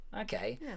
okay